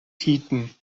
tiden